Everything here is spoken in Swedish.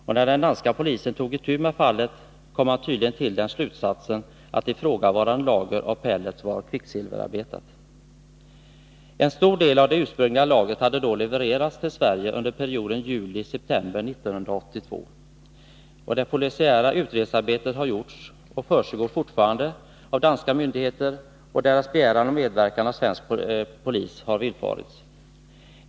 Och när den danska polisen tog itu med fallet kom man tydligen till slutsatsen att ifrågavarande lager av pellets var kvicksilverbetat. En stor del av det ursprungliga lagret hade då levererats till Sverige under perioden juli-september 1982. Det polisiära utredningsarbetet har gjorts — och det pågår fortfarande — av danska myndigheter, och deras begäran om medverkan av svensk polis har villfarits.